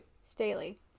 Staley